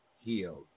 healed